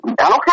Okay